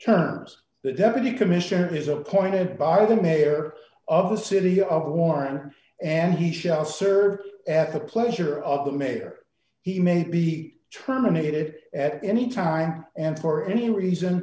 terms the deputy commissioner is appointed by the mayor of the city of warren and he shall serve at the pleasure of the mayor he may be terminated at any time and for any reason